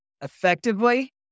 effectively